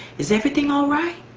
is everything alright?